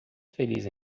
feliz